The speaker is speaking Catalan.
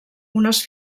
unes